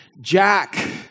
Jack